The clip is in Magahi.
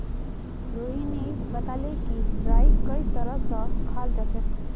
रोहिणी बताले कि राईक कई तरह स खाल जाछेक